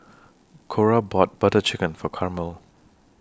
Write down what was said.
Cora bought Butter Chicken For Carmel